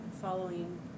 following